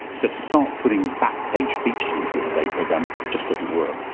so to start putting back-page features into the today program just doesn't work.